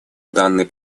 данный